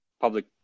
public